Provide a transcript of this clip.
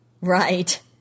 Right